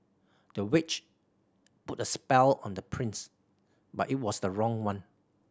the witch put a spell on the prince but it was the wrong one